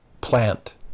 plant